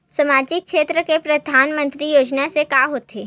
सामजिक क्षेत्र से परधानमंतरी योजना से का होथे?